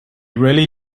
really